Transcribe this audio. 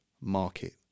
market